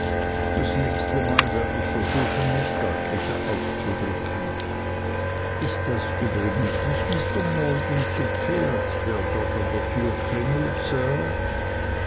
das nächste mal werd ich versuchen mich deutlicher auszudrücken ist das übrigens nicht mr maldon zu pferd der dort an der tür klingelt